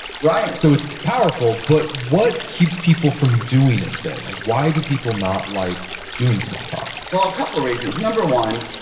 and so it's powerful but what keeps people from doing it then? like why do people not like doing small talk? well, a couple of reasons. number one,